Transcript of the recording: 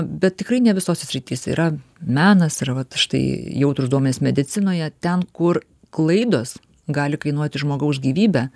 bet tikrai ne visose srityse yra menas yra vat štai jautrūs duomenys medicinoje ten kur klaidos gali kainuoti žmogaus gyvybę